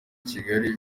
kigali